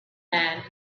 man